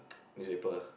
newspaper